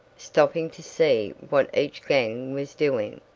stopping to see what each gang was doing,